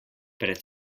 pred